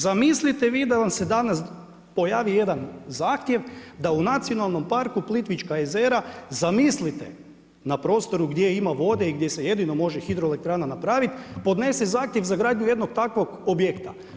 Zamislite vi da vam se danas pojavi jedan zahtjev da u Nacionalnom parku Plitvička jezera zamislite na prostoru gdje ima vode i gdje se jedino može hidroelektrana napraviti, podnese zahtjev za gradnju jednog takvog objekta.